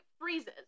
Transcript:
freezes